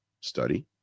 study